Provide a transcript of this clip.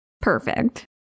Perfect